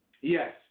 Yes